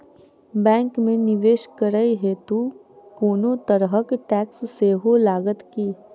Bank मे निवेश करै हेतु कोनो तरहक टैक्स सेहो लागत की?